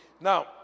Now